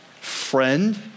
Friend